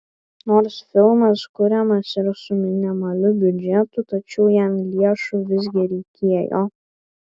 nors filmas kuriamas ir su minimaliu biudžetu tačiau jam lėšų visgi reikėjo